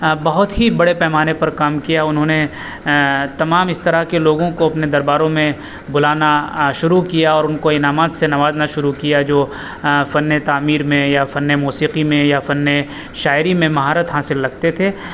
بہت ہی بڑے پیمانے پر کام کیا انہوں نے تمام اس طرح کے لوگوں کو اپنے درباروں میں بلانا شروع کیا اور ان کو انعامات سے نوازنا شروع کیا جو فنِ تعمیر میں یا فنِ موسیقی میں یا فنِ شاعری میں مہارت حاصل لگتے تھے